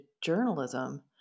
journalism